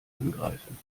angreifen